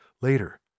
Later